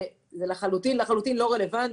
שזה לחלוטין לא רלוונטי.